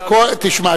תשמע,